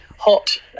Hot